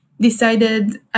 decided